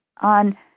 on